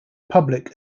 public